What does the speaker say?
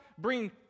bring